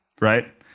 right